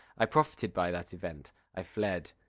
i profited by that event i fled.